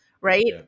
right